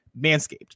Manscaped